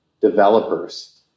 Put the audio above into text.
developers